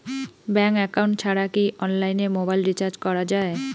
Bank account ছাড়া কি অনলাইনে মোবাইল রিচার্জ করা যায়?